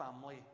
family